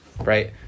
right